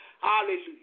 Hallelujah